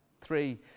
Three